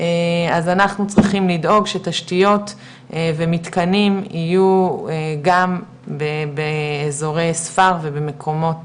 אז אנחנו צריכים לדאוג שתשתיות ומתקנים יהיו גם באזורי ספר ובמקומות